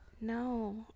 No